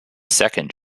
second